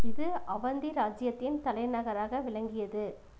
இது அவந்தி ராஜ்ஜியத்தின் தலைநகராக விளங்கியது